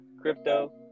crypto